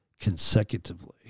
consecutively